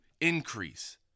increase